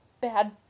bad